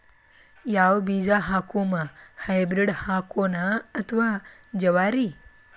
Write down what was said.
ಯಾವ ಬೀಜ ಹಾಕುಮ, ಹೈಬ್ರಿಡ್ ಹಾಕೋಣ ಅಥವಾ ಜವಾರಿ?